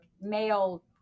male